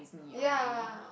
ya